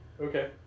Okay